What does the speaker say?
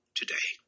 today